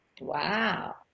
Wow